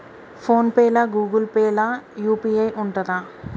Phone pay లా Google Pay లా UPI ఉంటదా?